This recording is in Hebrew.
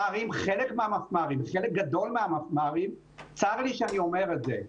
חלק גדול מהמפמ"רים, וצר לי שאני אומר את זה,